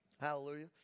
Hallelujah